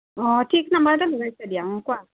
অঁ ঠিক নম্বৰতে লগাইছা দিয়া অঁ কোৱা